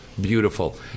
Beautiful